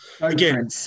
Again